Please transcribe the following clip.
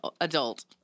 adult